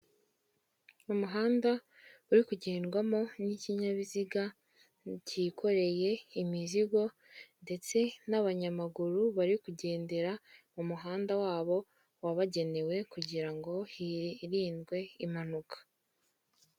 Umuhanda uri kugendwamo n'ikinyabiziga cyikoreye imizigo ndetse n'abanyamaguru bari kugendera mu muhanda wabo wabagenewe kugira ngo hirindwe impanuka.